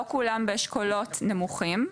לא כולם באשכולות נמוכים.